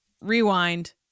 Rewind